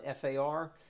FAR